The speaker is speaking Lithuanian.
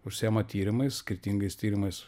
užsiima tyrimais skirtingais tyrimais